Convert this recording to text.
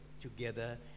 together